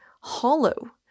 hollow